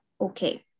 okay